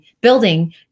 building